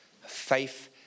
faith